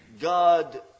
God